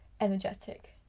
energetic